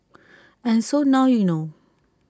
and so now you know